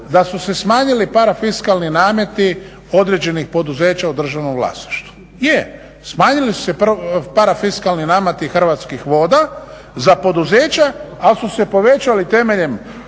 da su se smanjili parafiskalni nameti određenih poduzeća u državnom vlasništvu. Je, smanjili su se parafiskalni nameti Hrvatskih voda za poduzeća ali su se povećali temeljem